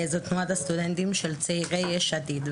זאת תנועת הסטודנטים של צעירי יש עתיד.